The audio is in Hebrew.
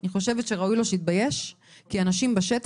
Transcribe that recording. אני חושבת שראוי לו שיתבייש, כי אנשים בשטח,